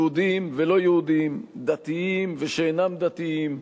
יהודים ולא יהודים, דתיים ושאינם דתיים.